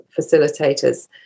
facilitators